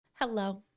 Hello